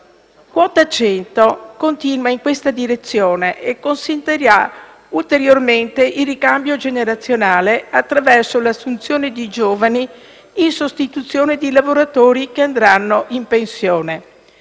Quota 100 continua in questa direzione e consentirà ulteriormente il ricambio generazionale attraverso l'assunzione di giovani in sostituzione di lavoratori che andranno in pensione.